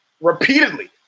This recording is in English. Repeatedly